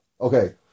Okay